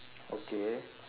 okay